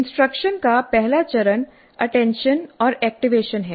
instruction का पहला चरण अटेंशन और एक्टिवेशन है